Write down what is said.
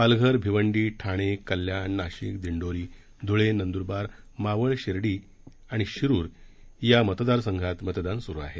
पालघर भिवंडी ठाणे कल्याण नाशिक दिंडोरी धुळे नंद्रबार मावळ शिर्डी आणि शिरूर या मतदारसंघात मतदान सुरू आहे